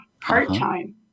part-time